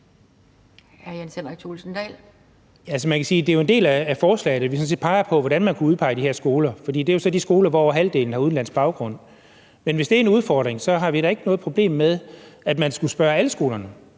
Det er jo en del af forslaget, at vi sådan set peger på, hvordan man kunne udpege de her skoler, for det er jo så de skoler, hvor over halvdelen har udenlandsk baggrund. Men hvis det er en udfordring, har vi da ikke noget problem med, at man skulle spørge alle skolerne.